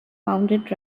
founded